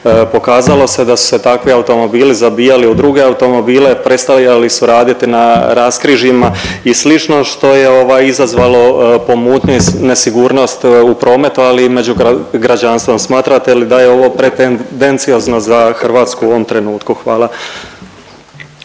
pokazalo se da su se takvi automobili zabijali u druge automobile, prestajali su raditi na raskrižjima i sl. što je izazvalo pomutnju i nesigurnost u prometu, ali i među građanstvom. Smatrate li da je ovo pretenciozno za Hrvatsku u ovom trenutku? Hvala.